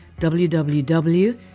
www